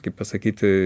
kaip pasakyti